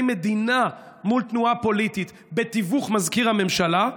המדינה מול תנועה פוליטית בתיווך מזכיר הממשלה?